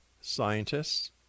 scientists